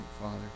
Father